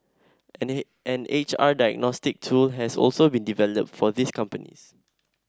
an H R diagnostic tool has also been developed for these companies